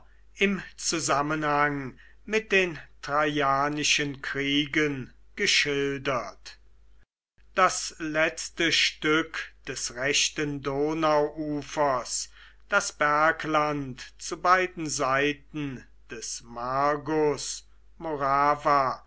im zusammenhang mit den traianischen kriegen geschildert das letzte stück des rechten donauufers das bergland zu beiden seiten des margus